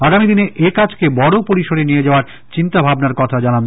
আগামীদিনে এ কাজকে বড় পরিসরে নিয়ে যাওয়ার চিন্তাভাবনা কথা তারা জানান